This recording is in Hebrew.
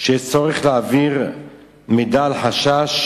שיש צורך להעביר מידע על חשש